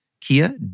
Kia